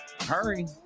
Hurry